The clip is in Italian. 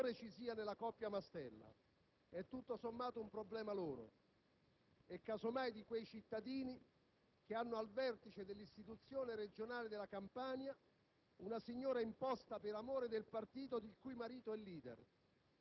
A noi poco interessa, sul piano politico, quanto amore ci sia nella coppia Mastella: è tutto sommato un problema loro, e casomai di quei cittadini che hanno al vertice della istituzione regionale della Campania